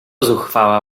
zuchwała